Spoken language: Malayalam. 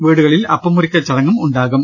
വീടുകളിൽ അപ്പം മുറിക്കൽ ചടങ്ങും ഉണ്ടാ കും